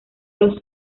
los